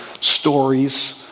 stories